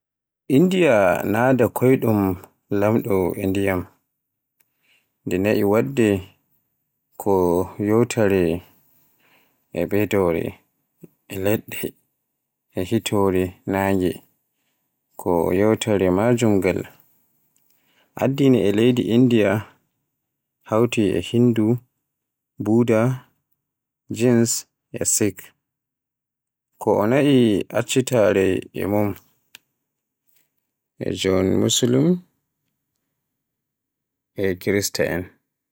Indiya naada koyɗum laamɗo e ndiyam, ndi na'i waɗde ko yowitaare, ɓeɗoore, e leɗɗe. E hitoore naange, ko yowitaare majum ngal. anndinataa e leydi Indiya hawti e Hindu, Buda, Jainis, e Sikh. Ko o na'i accitaare e mon, e jooni Muslim e Kirista'en.